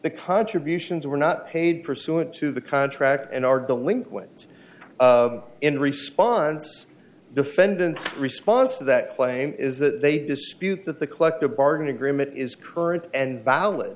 the contributions were not paid pursuant to the contract and are delinquent in response defendant response to that claim is that they dispute that the collective bargaining agreement is current and valid